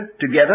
together